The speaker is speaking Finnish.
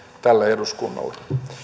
tälle eduskunnalle